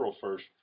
first